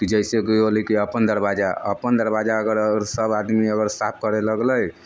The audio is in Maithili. कि जइसे कि हो गेलै अपन दरवाजा अपन दरवाजा अगर सभ आदमी अगर साफ करै लगले